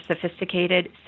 sophisticated